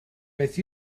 beth